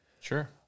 Sure